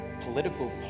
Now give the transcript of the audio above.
political